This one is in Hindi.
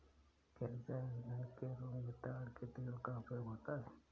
क्या जैव ईंधन के रूप में ताड़ के तेल का उपयोग होता है?